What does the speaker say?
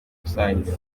rusange